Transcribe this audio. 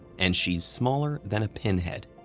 and she's smaller than a pinhead.